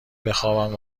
بخابم